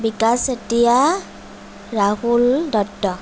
Bikash Chetia Rahul Dutta